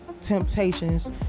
Temptations